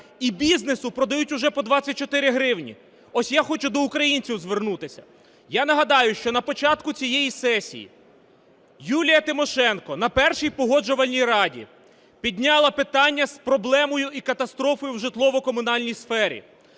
і бізнесу продають вже по 24 гривні. Ось я хочу до українців звернутися. Я нагадаю, що на початку цієї сесії Юлія Тимошенко на першій Погоджувальній раді підняла питання з проблемою і катастрофою в житлово-комунальній сфері,